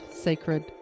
sacred